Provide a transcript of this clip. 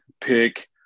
pick